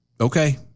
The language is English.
Okay